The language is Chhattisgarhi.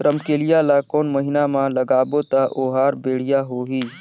रमकेलिया ला कोन महीना मा लगाबो ता ओहार बेडिया होही?